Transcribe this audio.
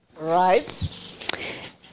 Right